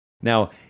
Now